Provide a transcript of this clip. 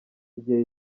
igihe